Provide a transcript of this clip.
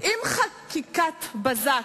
"אם חקיקת בזק,